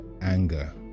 anger